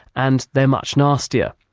and they are much nastier.